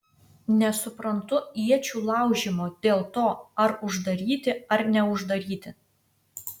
nesuprantu iečių laužymo dėl to ar uždaryti ar neuždaryti